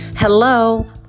Hello